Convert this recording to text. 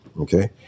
Okay